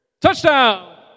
touchdown